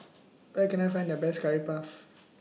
Where Can I Find The Best Curry Puff